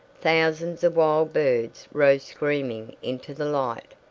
thousands of wild birds rose screaming into the light.